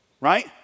right